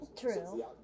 True